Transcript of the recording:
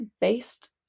based